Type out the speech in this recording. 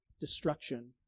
destruction